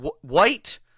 White